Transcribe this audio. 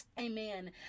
Amen